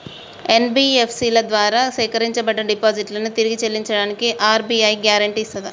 NBFC ల ద్వారా సేకరించబడ్డ డిపాజిట్లను తిరిగి చెల్లించడానికి ఆర్.బి.ఐ గ్యారెంటీ ఇస్తదా?